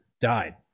died